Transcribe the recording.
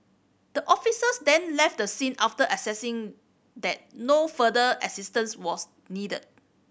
the officers then left the scene after assessing that no further assistance was needed